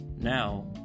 Now